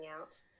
out